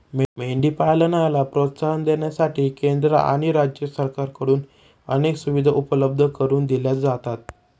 मेंढी पालनाला प्रोत्साहन देण्यासाठी केंद्र आणि राज्य सरकारकडून अनेक सुविधा उपलब्ध करून दिल्या जातात